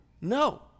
No